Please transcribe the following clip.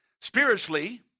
Spiritually